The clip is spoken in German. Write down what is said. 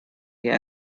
wir